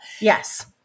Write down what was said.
Yes